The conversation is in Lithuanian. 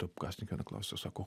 taip kasininkė na klausia sako